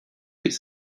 his